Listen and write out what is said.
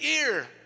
ear